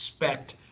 expect